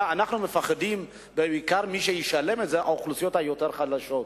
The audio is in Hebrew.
אלא אנחנו מפחדים שמי שישלם על זה בעיקר יהיה האוכלוסיות היותר חלשות,